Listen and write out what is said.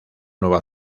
nueva